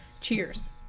Cheers